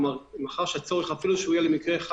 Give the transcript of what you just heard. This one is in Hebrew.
מאחר שהצורך, אפילו יהיה לבודדים,